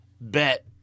Bet